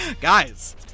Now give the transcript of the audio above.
guys